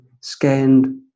scanned